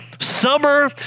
summer